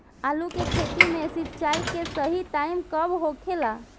आलू के खेती मे सिंचाई के सही टाइम कब होखे ला?